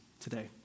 today